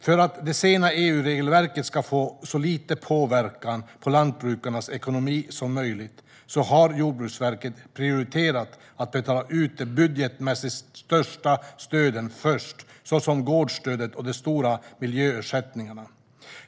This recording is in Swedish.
För att de sena EU-regelverken ska få så liten påverkan på lantbrukarnas ekonomi som möjligt har Jordbruksverket prioriterat att betala ut de budgetmässigt största stöden först, såsom gårdsstödet och de stora miljöersättningarna.